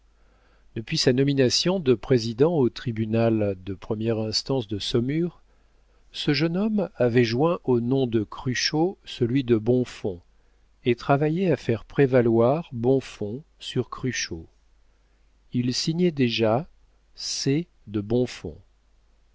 depuis sa nomination de président au tribunal de première instance de saumur ce jeune homme avait joint au nom de cruchot celui de bonfons et travaillait à faire prévaloir bonfons sur cruchot il signait déjà c de bonfons